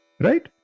Right